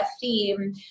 theme